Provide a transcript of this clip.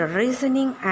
reasoning